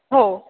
हो